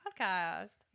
podcast